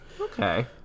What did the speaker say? Okay